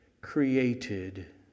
created